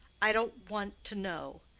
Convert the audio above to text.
i don't want to know.